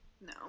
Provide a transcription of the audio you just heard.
No